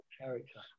character